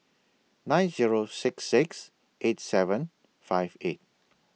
nine Zero six six eight seven five eight